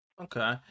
okay